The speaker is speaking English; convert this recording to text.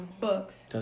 books